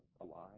alive